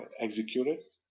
execute it,